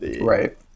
right